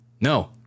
no